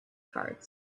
cards